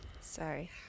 Sorry